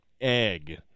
egg